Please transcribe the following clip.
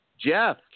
Jeff